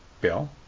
bill